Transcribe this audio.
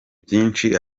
byinshi